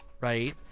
right